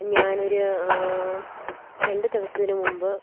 ഞാനൊരു രണ്ടു ദിവസത്തിനു മുൻപ്